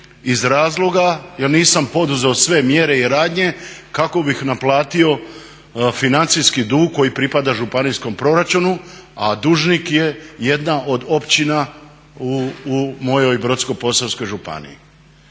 iz razloga jer nisam poduzeo sve mjere i radnje kako bih naplatio financijski dug koji pripada županijskom proračunu, a dužnik je jedna od općina u mojoj Brodsko-posavskoj županiji.